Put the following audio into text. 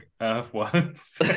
earthworms